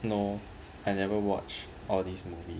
no I never watch all these movie